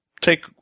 take